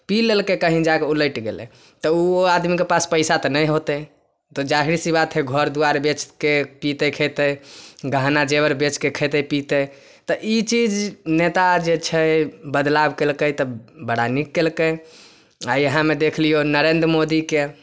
पी लेलकै कहीँ जा कऽ उलटि गेलै तऽ ओहि आदमीके पास तऽ पइसा तऽ नहि होतै तऽ जाहिर सी बात हइ घर दुआरि बेचिके पितै खेतै गहना जेवर बेचिके खेतै पितै तऽ ई चीज नेता जे छै बदलाव केलकै तऽ बड़ा नीक केलकै आओर इएहमे देखि लिऔ नरेन्द्र मोदीके